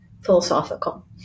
philosophical